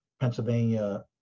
Pennsylvania